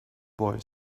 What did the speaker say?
boy